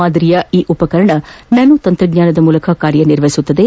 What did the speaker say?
ಮಾದರಿಯ ಈ ಉಪಕರಣ ನ್ನಾನೋ ತಂತ್ರಜ್ಞಾನದ ಮೂಲಕ ಕಾರ್ಬನಿರ್ವಹಿಸುತ್ತದೆ